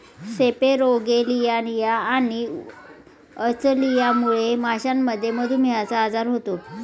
सेपेरोगेलियानिया आणि अचलियामुळे माशांमध्ये मधुमेहचा आजार होतो